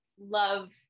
love